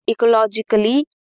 ecologically